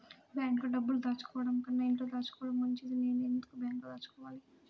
బ్యాంక్లో డబ్బులు దాచుకోవటంకన్నా ఇంట్లో దాచుకోవటం మంచిది నేను ఎందుకు బ్యాంక్లో దాచుకోవాలి?